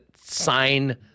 sign